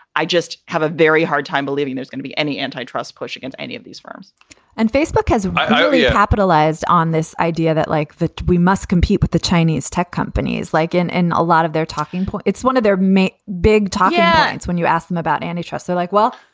i just have a very hard time believing there's going to be any antitrust push against any of these firms and facebook has only capitalized on this idea that like that, we must compete with the chinese tech companies like in. and a lot of their talking point. it's one of their make big talk ads. when you ask them about antitrust, they're like, well,